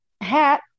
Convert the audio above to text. hat